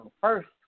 first